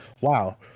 wow